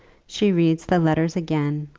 she reads the letters again.